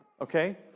Okay